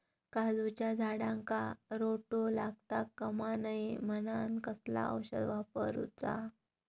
काजूच्या झाडांका रोटो लागता कमा नये म्हनान कसला औषध वापरूचा?